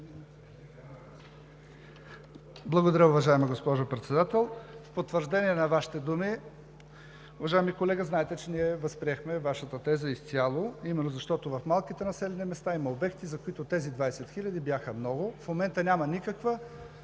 Благодаря, уважаема госпожо Председател. В потвърждение на Вашите думи, уважаеми колега, знаете, че ние възприехме Вашата теза изцяло именно защото в малките населени места има обекти, за които тези 20 хил. лв. бяха много. В момента няма никаква